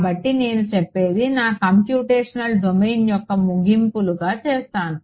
కాబట్టి నేను చెప్పేది నా కంప్యూటేషనల్ డొమైన్ యొక్క ముగింపులుగా చేస్తాను